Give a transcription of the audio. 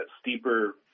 steeper